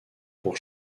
pour